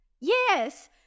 yes